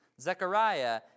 Zechariah